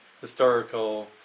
historical